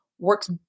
works